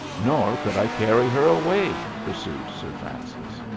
nor could i carry her away, pursued sir francis.